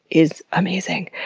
is amazing.